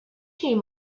team